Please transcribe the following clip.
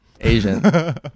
Asian